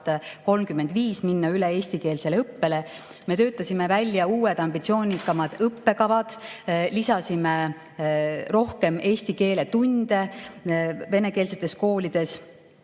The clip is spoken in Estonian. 2035 minna üle eestikeelsele õppele. Me töötasime välja uued ambitsioonikamad õppekavad, lisasime rohkem eesti keele tunde venekeelsetes koolides.